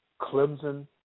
Clemson